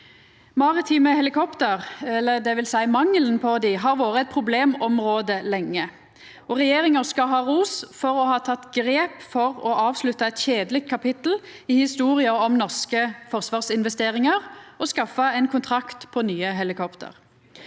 Maritime helikopter, eller dvs. mangelen på dei, har vore eit problemområde lenge, og regjeringa skal ha ros for å ha teke grep for å avslutta eit kjedeleg kapittel i historia om norske forsvarsinvesteringar og skaffa ein kontrakt på nye helikopter.